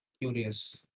curious